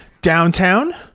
Downtown